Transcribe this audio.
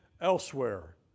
elsewhere